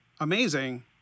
amazing